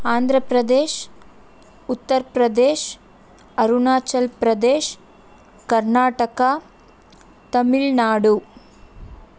Andhra Pradesh Uttar Pradesh Arunachal Pradesh Karnataka Tamil Nadu